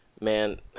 man